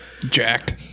Jacked